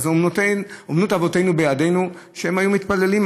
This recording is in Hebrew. אומנות אבותינו בידינו, שהיו מתפללים.